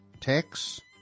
Tax